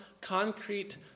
concrete